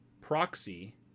proxy